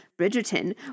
Bridgerton